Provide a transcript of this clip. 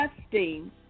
testing